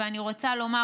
ואני רוצה לומר,